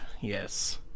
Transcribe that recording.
Yes